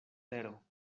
tero